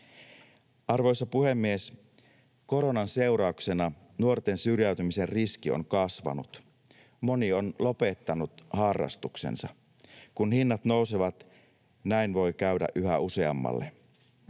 Arvoisa puhemies! Koronan seurauksena nuorten syrjäytymisen riski on kasvanut. Moni on lopettanut harrastuksensa. Kun hinnat nousevat, näin voi käydä yhä useammalle.